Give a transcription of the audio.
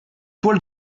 toile